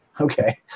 Okay